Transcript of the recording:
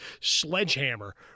sledgehammer